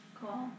Cool